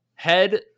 head